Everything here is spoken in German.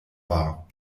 war